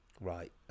Right